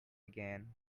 again